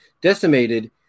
decimated